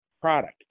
product